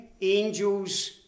angels